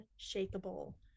unshakable